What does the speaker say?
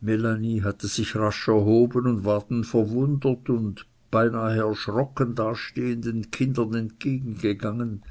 melanie hatte sich rasch erhoben und war den verwundert und beinah erschrocken dastehenden kindern entgegengegangen